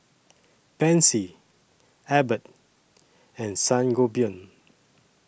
Pansy Abbott and Sangobion